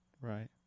Right